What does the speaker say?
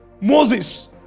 Moses